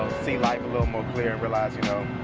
see life a little more clear and realize you know,